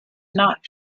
not